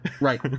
Right